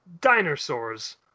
Dinosaurs